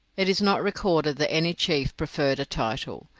it is not recorded that any chief preferred a title,